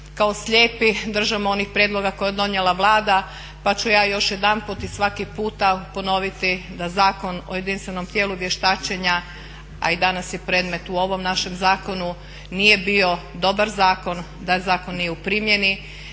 kao slijepi držimo onih prijedloga koje je donijela Vlada pa ću ja još jedanput i svaki puta ponoviti da Zakon o jedinstvenom tijelu vještačenja a i danas je predmet u ovom našem zakonu nije bio dobar zakon, da zakon nije u primjeni,